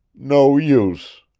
no use!